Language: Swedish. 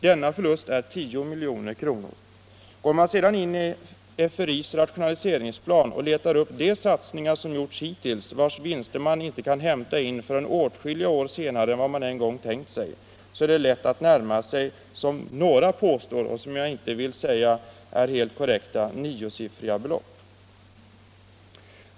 Denna förlust är 10 milj.kr. Går man sedan in i FRI:s rationaliseringsplan och letar upp de satsningar som gjorts hittills, vars vinster man inte kan hämta in förrän åtskilliga år senare än vad man en gång tänkt sig, så är det lätt att närma sig — som några påstår men som jag inte vill säga är helt korrekt — niosiffriga belopp.